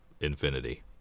infinity